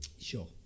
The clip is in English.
Sure